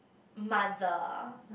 mother